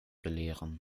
belehren